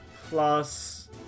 plus